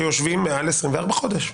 שיושבים מעל 24 חודשים?